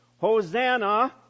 Hosanna